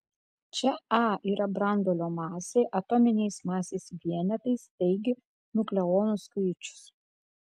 čia a yra branduolio masė atominiais masės vienetais taigi nukleonų skaičius